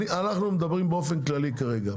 אחנו מדברים באופן כללי כרגע.